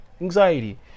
anxiety